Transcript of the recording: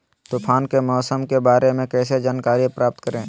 तूफान के मौसम के बारे में कैसे जानकारी प्राप्त करें?